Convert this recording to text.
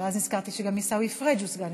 אבל אז נזכרתי שגם עיסאווי פריג' הוא סגן